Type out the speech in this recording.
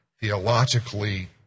theologically